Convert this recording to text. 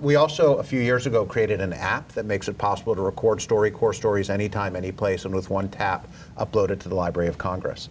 we also a few years ago created an app that makes it possible to record story corps stories any time any place and with one tap upload it to the library of congress